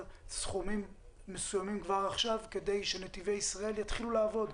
סכומים מסוימים כבר עכשיו כדי שנתיבי ישראל יתחילו לעבוד,